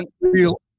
Real